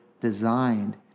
designed